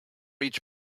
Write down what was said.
each